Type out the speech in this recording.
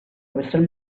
crystal